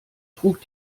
trug